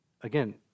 again